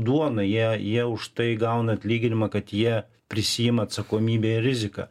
duona jie jie už tai gauna atlyginimą kad jie prisiima atsakomybę ir riziką